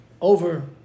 over